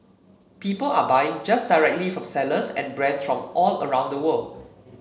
people are buying just directly from sellers and brands from all around the world